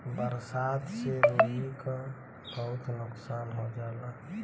बरसात से रुई क बहुत नुकसान हो जाला